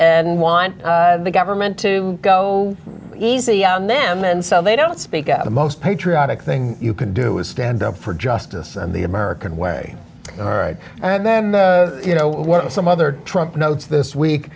and want the government to go easy on them and so they don't speak out the most patriotic thing you can do is stand up for justice and the american way all right and then you know what some other trump notes this